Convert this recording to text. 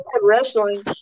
Wrestling